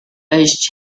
urged